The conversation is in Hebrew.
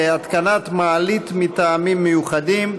התקנת מעלית מטעמים מיוחדים),